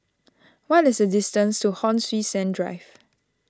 what is the distance to Hon Sui Sen Drive